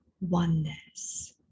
oneness